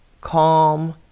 calm